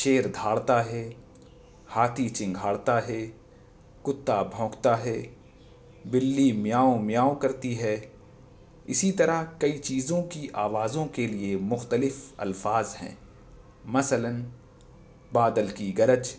شیر دہاڑتا ہے ہاتھی چنگھاڑتا ہے کتا بھونکتا ہے بلّی میاؤں میاؤں کرتی ہے اسی طرح کئی چیزوں کی آوازوں کے لیے مختلف الفاظ ہیں مثلاً بادل کی گرج